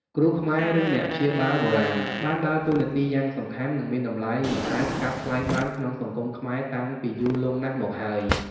គ្រូខ្មែរ ឬអ្នកព្យាបាលបុរាណ បានដើរតួនាទីយ៉ាងសំខាន់ និងមានតម្លៃមិនអាចកាត់ថ្លៃបានក្នុងសង្គមខ្មែរតាំងពីយូរលង់ណាស់មកហើយ។